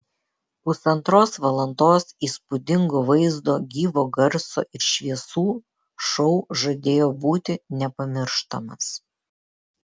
pusantros valandos įspūdingo vaizdo gyvo garso ir šviesų šou žadėjo būti nepamirštamas